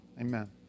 Amen